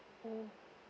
mmhmm